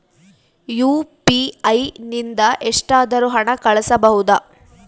UPI ನಿಂದ ಎಷ್ಟಾದರೂ ಹಣ ಕಳಿಸಬಹುದಾ?